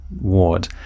ward